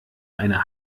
eine